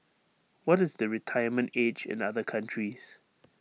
what is the retirement age in other countries